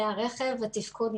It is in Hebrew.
בוקר טוב.